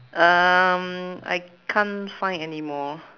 um I can't find anymore